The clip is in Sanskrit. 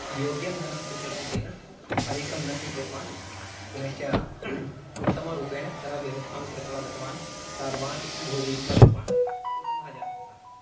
योग्यं धनं स्वीकृतं तेन अधिकं न स्वीकृतवान् पुनश्च उत्तमरूपेण सः व्यवस्थां कृत्वा गतवान् सर्वान् भोजयित्वा गतवान् उत्तमः जनः सः